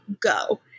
Go